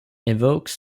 evokes